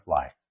life